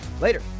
Later